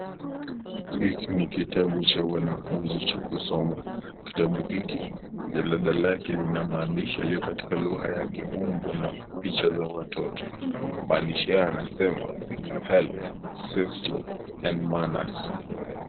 Hiki ni kitabu cha wanafunzi cha kusoma. Kitabu hiki jeleda lake lina maandishi yaliyokatika lugha ya kimombo na picha za watoto. Maandishi haya yanasema healty, safety and manners.